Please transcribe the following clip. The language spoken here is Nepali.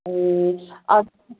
ए